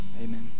Amen